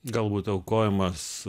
galbūt aukojimas